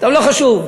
לא חשוב.